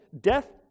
death